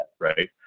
right